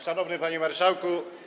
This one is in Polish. Szanowny Panie Marszałku!